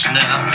now